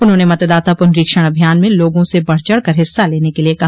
उन्होंने मतदाता पुनरीक्षण अभियान में लोगों से बढ़चढ़ कर हिस्सा लेने क लिए कहा